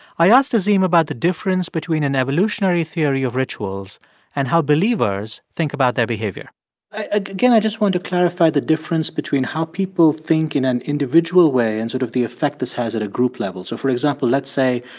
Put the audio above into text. i asked azim about the difference between an evolutionary theory of rituals and how believers think about their behavior again, i just wanted to clarify the difference between how people think in an individual way and sort of the effect this has at a group level. so for example, let's say